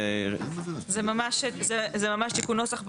זה ממש תיקון נוסח,